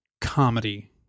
comedy